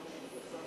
שו,